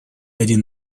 один